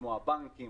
כמו הבנקים,